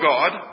God